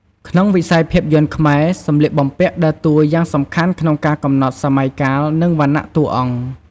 ក្នុងវិស័យភាពយន្តខ្មែរ សម្លៀកបំពាក់ដើរតួយ៉ាងសំខាន់ក្នុងការកំណត់សម័យកាល និងវណ្ណៈតួអង្គ។